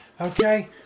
okay